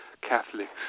Catholics